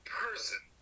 person